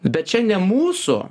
bet čia ne mūsų